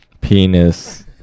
penis